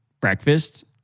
breakfast